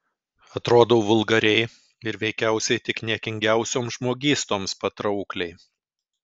atrodau vulgariai ir veikiausiai tik niekingiausioms žmogystoms patraukliai